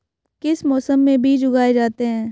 किस मौसम में बीज लगाए जाते हैं?